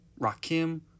Rakim